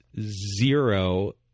zero